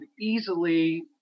easily